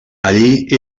allí